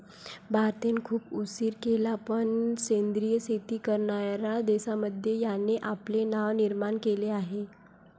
भारताने खूप उशीर केला पण सेंद्रिय शेती करणार्या देशांमध्ये याने आपले नाव निर्माण केले आहे